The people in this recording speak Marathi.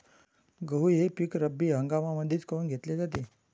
गहू हे पिक रब्बी हंगामामंदीच काऊन घेतले जाते?